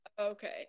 Okay